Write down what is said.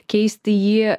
keisti jį